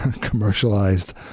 commercialized